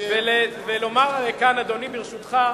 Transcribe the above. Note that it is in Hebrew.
ולומר כאן, אדוני, ברשותך,